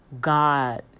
God